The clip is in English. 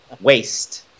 waste